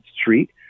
street